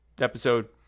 episode